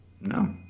No